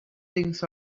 things